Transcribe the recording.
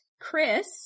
Chris